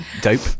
dope